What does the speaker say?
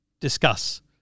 discuss